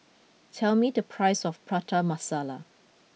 tell me the price of Prata Masala